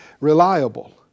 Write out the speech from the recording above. Reliable